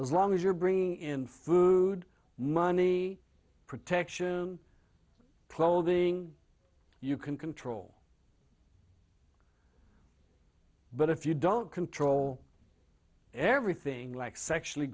as long as you're bringing in food money protection clothing you can control but if you don't control everything like sexually